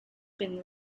been